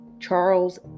Charles